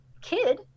kid